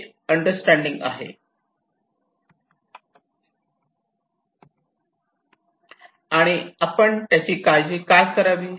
हे अंडरस्टँडिंग आहे आणि आपण त्याची काळजी का करावी